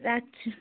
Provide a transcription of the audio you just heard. রাখছি